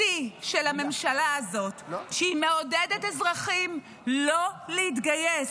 השיא של הממשלה הזאת הוא שהיא מעודדת אזרחים לא להתגייס,